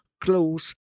close